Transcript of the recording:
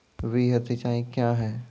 वृहद सिंचाई कया हैं?